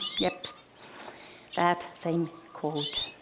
yep that same quote.